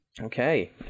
Okay